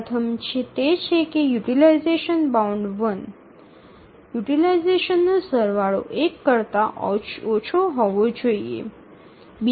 પ્રથમ તે છે કે યુટીલાઈઝેશન બાઉન્ડ ૧ યુટીલાઈઝેશનનો સરવાળો ૧ કરતા ઓછો હોવો જોઈએ